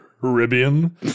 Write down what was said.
Caribbean